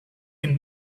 can